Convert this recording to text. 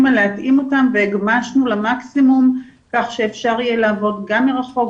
על להתאים אותם למקסימום כך שאפשר יהיה לעבוד גם מרחוק,